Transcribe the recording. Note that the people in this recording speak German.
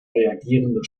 reagierende